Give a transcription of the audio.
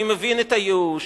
אני מבין את הייאוש,